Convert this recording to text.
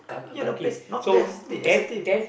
ya that place not very accepting as a team